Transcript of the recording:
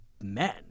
men